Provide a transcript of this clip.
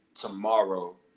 tomorrow